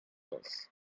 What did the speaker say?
this